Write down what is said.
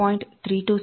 92|2 |j 0